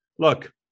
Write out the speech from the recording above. Look